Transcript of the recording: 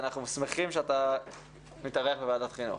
אנחנו שמחים שאתה מתארח בוועדת חינוך.